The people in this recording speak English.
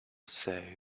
say